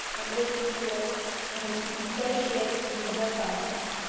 we listen to it and we negotiate and we work on this.